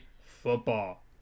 Football